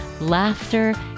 laughter